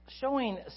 showing